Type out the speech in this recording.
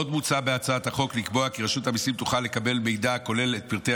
עוד מוצע בהצעת החוק לקבוע כי רשות המיסים תוכל לקבל מידע הכולל את פרטי